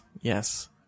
Yes